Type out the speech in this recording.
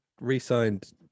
re-signed